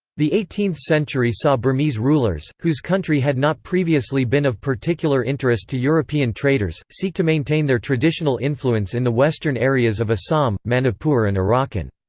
the eighteenth century saw burmese rulers, whose country had not previously been of particular interest to european traders, seek to maintain their traditional influence in the western areas of assam, um manipur and arakan.